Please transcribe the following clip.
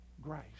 grace